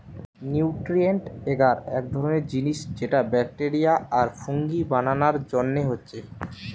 nutrient এগার এক ধরণের জিনিস যেটা ব্যাকটেরিয়া আর ফুঙ্গি বানানার জন্যে হচ্ছে